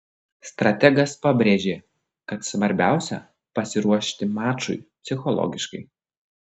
strategas pabrėžė kad svarbiausia pasiruošti mačui psichologiškai